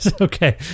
okay